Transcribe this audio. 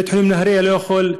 בית-חולים נהריה לא יכול,